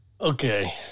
Okay